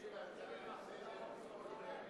מטרות חינוך),